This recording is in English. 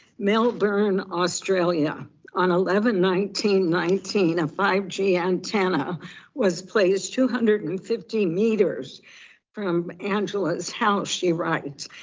melbourne, australia on eleven nineteen nineteen, a five g antenna was placed two hundred and fifty meters from angela's house, she writes.